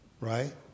right